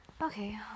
Okay